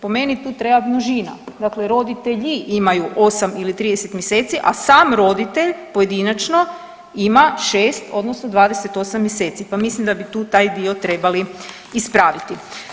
Po meni tu treba množina, dakle roditelji imaju 8 ili 30 mjeseci, a sam roditelj pojedinačno ima 6 odnosno 28 mjeseci, pa mislim da bi tu taj dio trebali ispraviti.